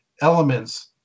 elements